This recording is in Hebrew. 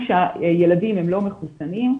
כשהילדים לא מחוסנים,